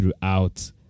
throughout